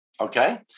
Okay